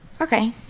Okay